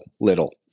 little